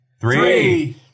Three